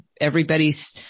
everybody's